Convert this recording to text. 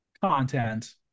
content